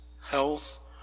health